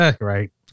right